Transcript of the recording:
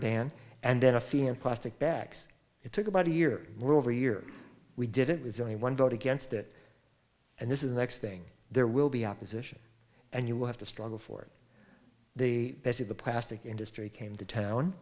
ban and then a fee in plastic bags it took about a year over year we did it was only one vote against it and this is the next thing there will be opposition and you will have to struggle for the base of the plastic industry came to town